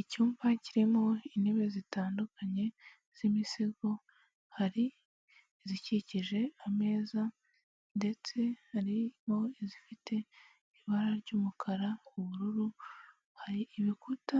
Icyumba kirimo intebe zitandukanye z'imisego, hari izikikije ameza ndetse harimo izifite ibara ry'umukara, ubururu, hari ibikuta